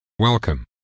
Welcome